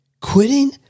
Quitting